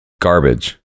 garbage